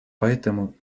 поэтому